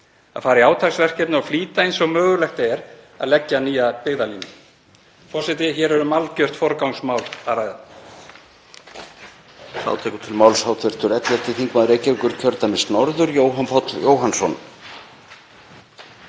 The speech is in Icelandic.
að fara í átaksverkefni og flýta eins og mögulegt er að leggja nýja byggðalínu. Forseti. Hér er um algjört forgangsmál að ræða.